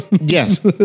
Yes